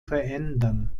verändern